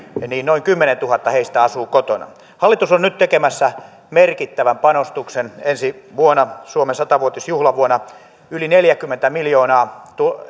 niin noin kymmenentuhatta heistä asuu kotona hallitus on nyt tekemässä merkittävän panostuksen ensi vuonna suomen sata vuotisjuhlavuonna yli neljäkymmentä miljoonaa